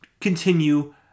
continue